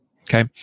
Okay